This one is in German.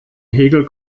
hegel